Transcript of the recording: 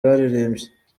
baririmbye